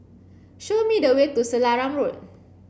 show me the way to Selarang Road